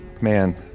Man